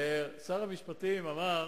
שר המשפטים אמר